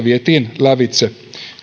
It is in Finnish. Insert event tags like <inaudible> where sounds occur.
<unintelligible> vietiin lävitse